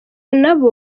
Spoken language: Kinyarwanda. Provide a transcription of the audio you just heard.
nabo